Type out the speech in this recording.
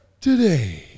Today